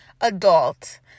adult